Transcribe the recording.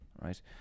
Right